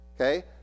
Okay